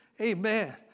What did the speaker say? Amen